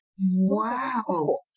Wow